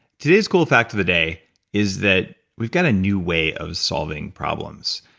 today's cool fact of the day is that we've got a new way of solving problems.